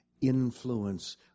influence